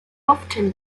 often